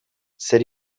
zer